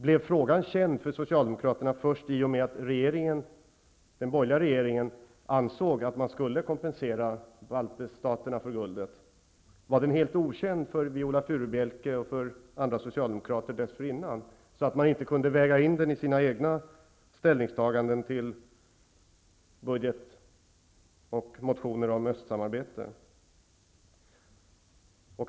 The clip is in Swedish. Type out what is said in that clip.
Blev frågan känd för Socialdemokraterna först i och med att den borgerliga regeringen ansåg att vi skall kompensera de baltiska staterna för guldet? Var den helt okänd för Viola Furubjelke och andra socialdemokrater dessförinnan så att man inte kunde väga in den i sina egna ställningstaganden till budget och motioner om östsamarbete?